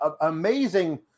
amazing